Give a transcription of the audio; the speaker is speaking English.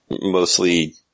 mostly